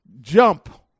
jump